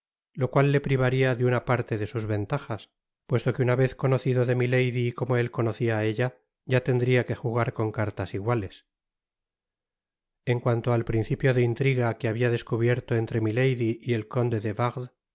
lo cual le privaria de una parte de sus ventajas puesto que una vez conocido de milady como él conocia á ella ya tendria que jugar con cartas iguales en cuanto al principio de intriga que habia descubierto entre milady y el conde de